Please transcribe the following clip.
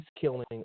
killing